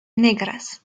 negras